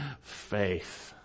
faith